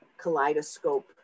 kaleidoscope